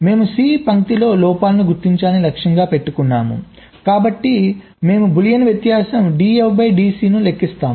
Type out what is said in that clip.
మేము C పంక్తిలో లోపాలను గుర్తించాలని లక్ష్యంగా పెట్టుకున్నాము కాబట్టి మేము బూలియన్ వ్యత్యాసం dF dC ను లెక్కిస్తాము